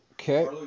Okay